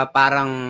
parang